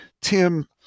Tim